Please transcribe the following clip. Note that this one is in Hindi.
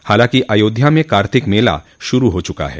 हालांकि अयोध्या म कार्तिक मेला शुरू हो चुका है